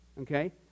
Okay